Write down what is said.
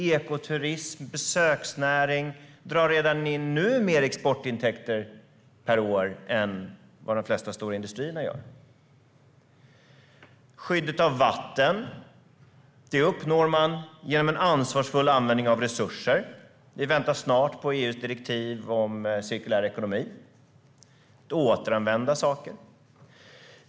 Ekoturismen och besöksnäringen drar redan nu in mer exportintäkter per år än vad de flesta stora industrier gör. Skyddet av vatten uppnår man genom en ansvarsfull användning av resurser. Vi väntar på EU:s direktiv om cirkulär ekonomi, som snart kommer. Man kan återanvända saker.